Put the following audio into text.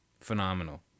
phenomenal